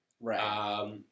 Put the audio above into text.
Right